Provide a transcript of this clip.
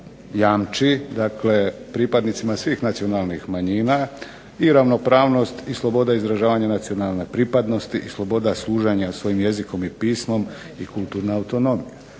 jamči pripadnicima svih nacionalnih manjina i ravnopravnost i sloboda izražavanja nacionalne pripadnosti i sloboda služenja svojim jezikom i pismom i kulturna autonomija.